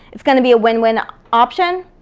it's gonna be a win-win option,